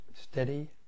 steady